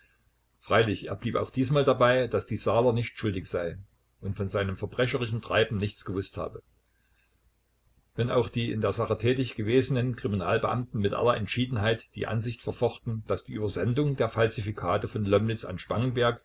freilich er blieb auch diesmal dabei daß die saaler nicht schuldig sei und von seinem verbrecherischen treiben nichts gewußt habe wenn auch die in der sache tätig gewesenen kriminalbeamten mit aller entschiedenheit die ansicht verfochten daß die übersendung der falsifikate von lomnitz an